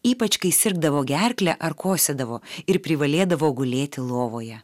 ypač kai sirgdavo gerklę ar kosėdavo ir privalėdavo gulėti lovoje